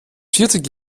vierzig